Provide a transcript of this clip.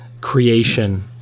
creation